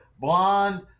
blonde